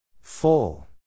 Full